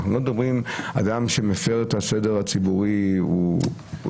ואנחנו לא מדברים על אדם שמפר את הסדר הציבורי בלכלוך,